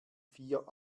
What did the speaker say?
vier